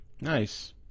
Nice